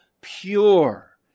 pure